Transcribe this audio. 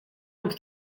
looks